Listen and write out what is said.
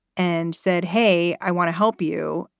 and said, hey, i want to help you.